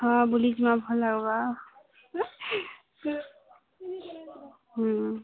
ହଁ ବୁଲିଯିବା ଭଲ୍ ହବା